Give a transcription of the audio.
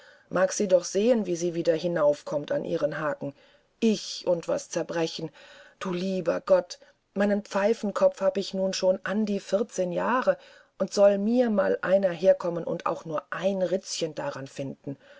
mag sie doch sehen wie sie wieder hinaufkommt an ihren haken ich und etwas zerbrechen du lieber gott meinen pfeifenkopf habe ich nun schon an die vierzehn jahre und soll mir mal einer herkommen und auch nur ein ritzchen dran finden